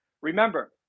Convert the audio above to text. Remember